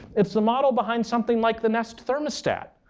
it's the model behind something like the nest thermostat,